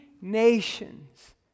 nations